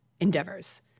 endeavors